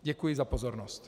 Děkuji za pozornost.